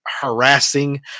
harassing